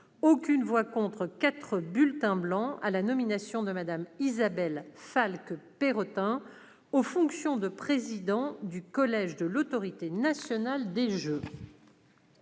aucune voix contre et 4 bulletins blancs, sur la nomination de Mme Isabelle Falque-Pierrotin aux fonctions de président du collège de l'Autorité nationale des jeux.